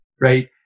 right